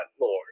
Lord